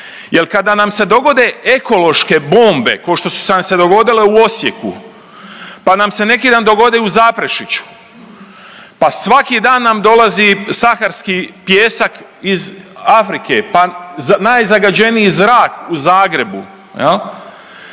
Jel kada nam se dogode ekološke bombe ko što su nam se dogodile u Osijeku, pa nam se neki dan dogode u Zaprešiću, pa svaki dan nam dolazi saharski pijesak iz Afrike, pa najzagađeniji zrak u Zagrebu, pa